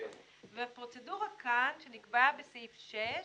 הפרוצדורה כאן שנקבעה בסעיף 6,